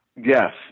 Yes